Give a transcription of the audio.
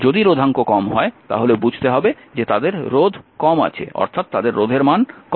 যদি রোধাঙ্ক কম হয় তাহলে বুঝতে হবে যে তাদের রোধ কম আছে অর্থাৎ তাদের রোধের মান কম